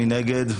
מי נגד?